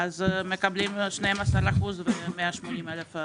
מקבלים 12% עד 180 אלף שקל.